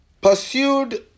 pursued